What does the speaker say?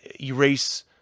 erase